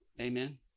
Amen